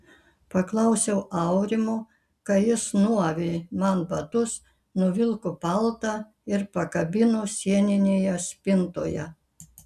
paklausiau aurimo kai jis nuavė man batus nuvilko paltą ir pakabino sieninėje spintoje